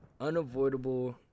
Unavoidable